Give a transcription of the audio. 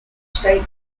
state